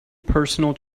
personal